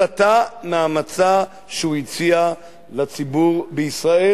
סטה מהמצע שהוא הציע לציבור בישראל,